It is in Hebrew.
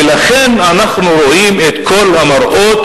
ולכן אנחנו רואים את כל המראות,